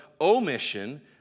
omission